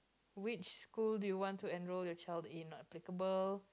which school do you want to enroll your child in not applicable